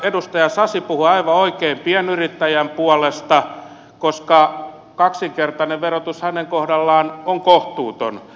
edustaja sasi puhui aivan oikein pienyrittäjän puolesta koska kaksinkertainen verotus hänen kohdallaan on kohtuuton